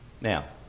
Now